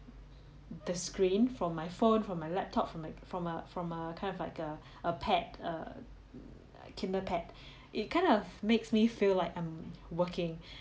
the screen from my phone from my laptop from a from a from a kind of like a a pad a like kindle pad it kind of makes me feel like I'm working